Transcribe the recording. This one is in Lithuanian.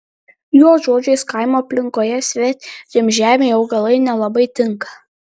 jo žodžiais kaimo aplinkoje svetimžemiai augalai nelabai tinka